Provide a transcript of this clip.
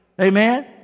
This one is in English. Amen